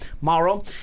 Mauro